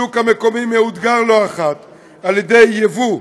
השוק המקומי מאותגר לא-אחת על ידי יבוא,